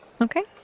Okay